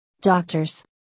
Doctors